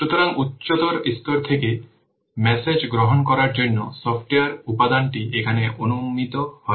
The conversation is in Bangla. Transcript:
সুতরাং উচ্চতর স্তর থেকে মেসেজ গ্রহণ করার জন্য সফ্টওয়্যার উপাদানটি এখানে অনুমিত হয়